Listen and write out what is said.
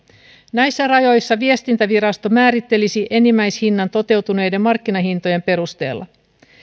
näissä rajoissa viestintävirasto määrittelisi enimmäishinnan toteutuneiden markkinahintojen perusteella